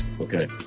okay